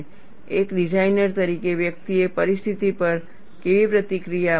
એક ડિઝાઇનર તરીકે વ્યક્તિએ પરિસ્થિતિ પર કેવી પ્રતિક્રિયા આપવી જોઈએ